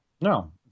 No